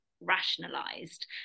rationalized